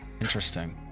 interesting